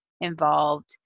involved